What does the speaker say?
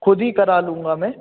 खुद ही करा लूँगा मैं